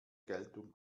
geltung